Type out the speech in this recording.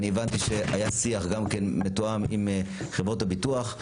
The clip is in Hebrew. אני הבנתי שהיה שיח גם כן מתואם עם חברות הביטוח,